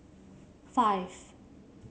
five